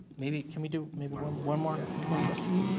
maybe can we do maybe one um one more more question?